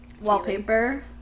wallpaper